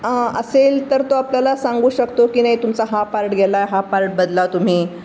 असेल तर तो आपल्याला सांगू शकतो की नाही तुमचा हा पार्ट गेला हा पार्ट बदला तुम्ही